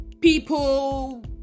people